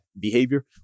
behavior